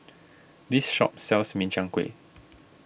this shop sells Min Chiang Kueh